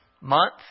month